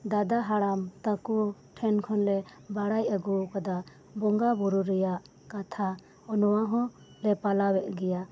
ᱫᱟᱫᱟ ᱦᱟᱲᱟᱢ ᱛᱟᱠᱩ ᱴᱷᱮᱱᱠᱷᱚᱱᱞᱮ ᱵᱟᱲᱟᱭ ᱟᱹᱜᱩ ᱟᱠᱟᱫᱟ ᱵᱚᱸᱜᱟ ᱵᱩᱨᱩ ᱨᱮᱭᱟᱜ ᱠᱟᱛᱷᱟ ᱱᱚᱣᱟ ᱦᱚᱸ ᱞᱮ ᱯᱟᱞᱟᱣᱮᱫ ᱜᱮᱭᱟ